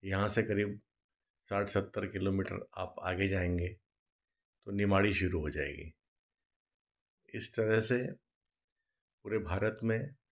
यहाँ से करीब साठ सत्तर किलोमीटर आप आगे जाएँगे तो निमाड़ी शुरू हो जाएगी इस तरह से पूरे भारत में